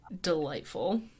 delightful